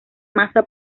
masa